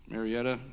Marietta